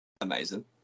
Amazing